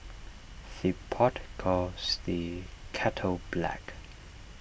the pot calls the kettle black